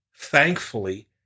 thankfully